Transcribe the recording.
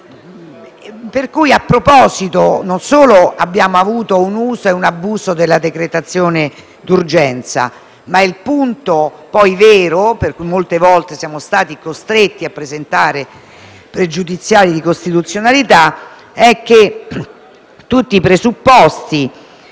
per cui non solo abbiamo assistito a un abuso della decretazione d'urgenza, ma il punto vero per cui molte volte siamo stati costretti a presentare pregiudiziali di costituzionalità è che tutti i presupposti